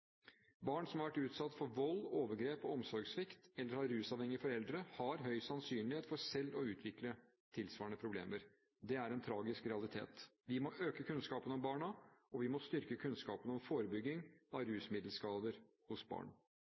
Barn som har vært utsatt for vold, overgrep, omsorgssvikt eller har rusavhengige foreldre, har høy sannsynlighet for selv å utvikle tilsvarende problemer. Det er en tragisk realitet. Vi må øke kunnskapen om barna, og vi må styrke kunnskapen om forebygging av rusmiddelskader hos barn.